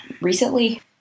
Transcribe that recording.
recently